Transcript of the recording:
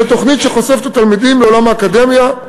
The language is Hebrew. זו תוכנית שחושפת את התלמידים לעולם האקדמיה,